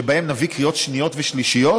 שבהם נביא קריאות שניות ושלישיות